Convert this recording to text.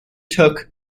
took